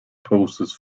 poses